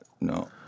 No